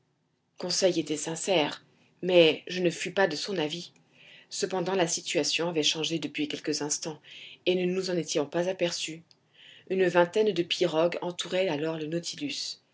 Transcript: conseil était sincère mais je ne fus pas de son avis cependant la situation avait changé depuis quelques instants et nous ne nous en étions pas aperçus une vingtaine de pirogues entouraient alors le naulilus